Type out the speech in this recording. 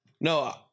no